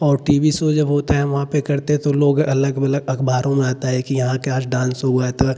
और T V show जब होता है हम वहाँ पर करते है तो लोग अलग अलग अखबारों में आता है की हाँ कि आज डान्स हुआ तो है